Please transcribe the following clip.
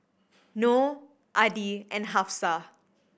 Noh Adi and Hafsa